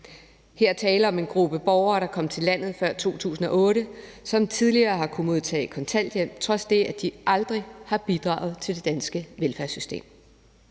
der tale om en gruppe borgere, der er kommet til landet før 2008, og som tidligere har kunnet modtage kontanthjælp trods det, at de aldrig har bidraget til det danske velfærdssystem.